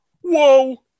Whoa